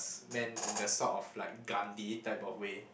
s~ meant in the sort of like Gandhi type of way